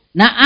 na